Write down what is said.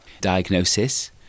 diagnosis